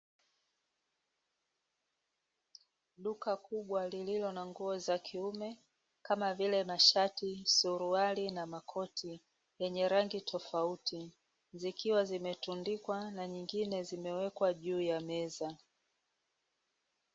Duka kubwa lilio na nguo za kiume; kama vile mashati, suruali, na makoti zenye rangi tofauti, zikiwa zimetundikwa na nyingine zimewekwa juu ya meza.